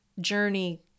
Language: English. journey